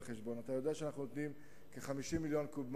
אתה יודע שאנחנו נותנים כ-50 מיליון קוב מים,